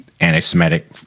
anti-Semitic